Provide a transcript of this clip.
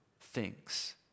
thinks